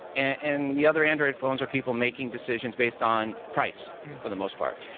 and the other android phones are people making decisions based on price for the most part.